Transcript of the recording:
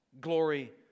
glory